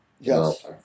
Yes